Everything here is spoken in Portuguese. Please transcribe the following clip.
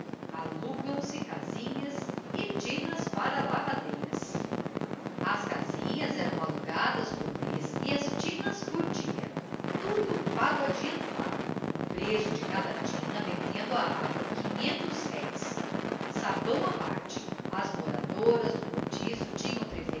alugam se casinhas e tinas para lavadeiras as casinhas eram alugadas por mês e as tinas por dia tudo pago adiantado o preço de cada tina metendo a água quinhentos réis sabão à parte as moradoras do cortiço tinham